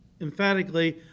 emphatically